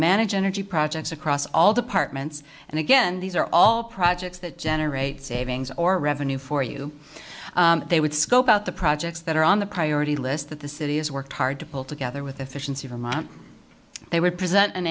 manage energy projects across all departments and again these are all projects that generate savings or revenue for you they would scope out the projects that are on the priority list that the city has worked hard to pull together with efficiency vermont they were present an